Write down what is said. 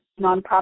nonprofit